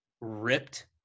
ripped